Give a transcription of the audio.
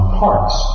parts